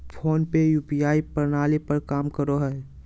phone पे UPI प्रणाली पर काम करो हय